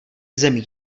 zemí